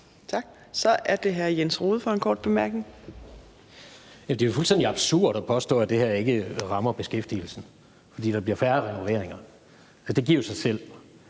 Tak. Så er det hr. Jens Rohde for en kort bemærkning. Kl. 15:43 Jens Rohde (RV): Det er jo fuldstændig absurd at påstå, at det her ikke rammer beskæftigelsen, for der bliver færre renoveringer. Se det giver jo så selv.